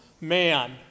man